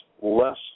less